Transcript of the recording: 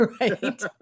right